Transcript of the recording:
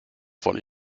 von